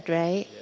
right